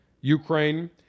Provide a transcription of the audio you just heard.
Ukraine